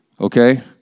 Okay